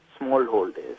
smallholders